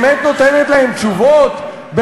באמת נותנת להם תשובות,